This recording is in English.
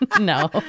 No